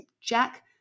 Jack